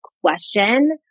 question